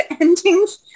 endings